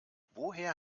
woher